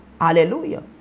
Hallelujah